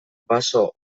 baso